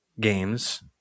games